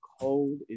cold